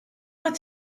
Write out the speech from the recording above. what